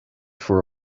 for